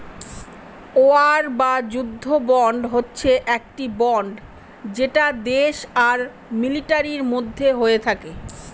war বা যুদ্ধ bond হচ্ছে একটি বন্ড যেটা দেশ আর মিলিটারির মধ্যে হয়ে থাকে